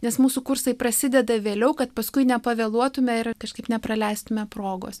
nes mūsų kursai prasideda vėliau kad paskui nepavėluotume ir kažkaip nepraleistume progos